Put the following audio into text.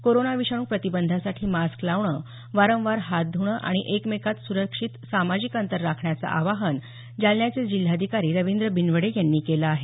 corona विषाणू प्रतिबंधासाठी mask लावणं वारवार हात ध्रणं आणि एकमेकांत सुरक्षित सामाजिक अंतर राखण्याचं आवाहन जालन्याचे जिल्हाधिकारी रविंद्र बिनवडे यांनी केलं आहे